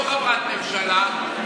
לא חברת ממשלה,